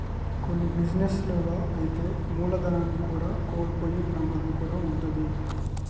కొన్ని బిజినెస్ లలో అయితే మూలధనాన్ని కూడా కోల్పోయే ప్రమాదం కూడా వుంటది